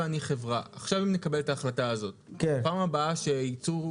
עכשיו אם נקבל את ההחלטה הזאת, בפעם הבאה שיצאו